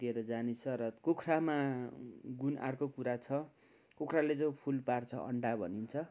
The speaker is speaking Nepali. दिएर जानेछ र कुखुरामा गुण अर्को कुरा छ कुखुराले जब फुलपार्छ अण्डा भनिन्छ